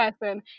person